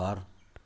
घर